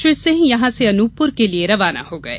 श्री सिंह यहां से अनूपपुर के लिये रवाना हो गये